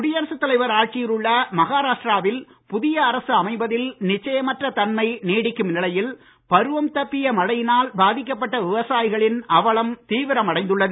குடியரசுத் தலைவர் ஆட்சியில் உள்ள மஹாராஷ்டிரா வில் புதிய அரசு அமைவதில் நிச்சயமற்ற தன்மை நீடிக்கும் நிலையில் பருவம் தப்பிய மழையினால் பாதிக்கப்பட்ட விவசாயிகளின் அவலம் தீவிரம் அடைந்துள்ளது